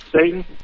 Satan